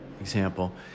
example